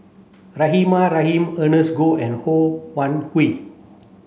Rahimah Rahim Ernest Goh and Ho Wan Hui